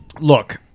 Look